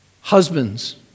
Husbands